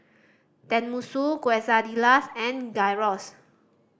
Tenmusu Quesadillas and Gyros